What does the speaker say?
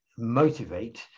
motivate